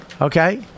Okay